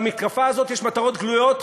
למתקפה הזאת יש מטרות גלויות,